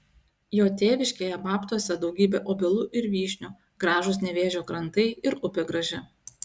jo tėviškėje babtuose daugybė obelų ir vyšnių gražūs nevėžio krantai ir upė graži